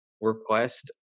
request